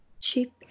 cheap